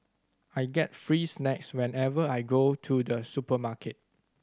I get free snacks whenever I go to the supermarket